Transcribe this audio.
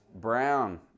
brown